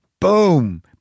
boom